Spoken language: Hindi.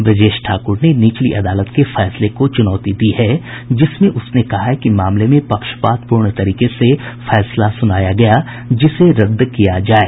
ब्रजेश ठाकुर ने निचली अदालत के फैसले को चुनौती दी है जिसमें उसने कहा है कि मामले में पक्षपातपूर्ण तरीके से फैसला सुनाया गया जिसे रद्द किया जाये